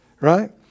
right